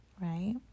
right